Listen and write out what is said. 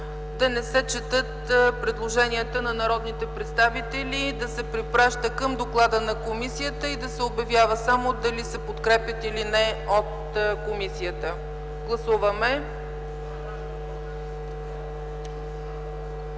да не се четат предложенията на народните представители, да се препраща към доклада на комисията и да се обявява само дали се подкрепят или не от комисията. Гласували